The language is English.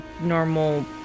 normal